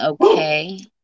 okay